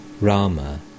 Rama